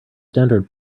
standard